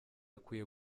akwiye